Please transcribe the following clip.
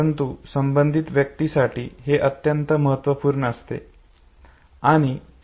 परंतु संबंधित व्यक्तीसाठी हे अत्यंत महत्त्वपूर्ण असते